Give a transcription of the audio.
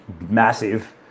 massive